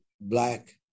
black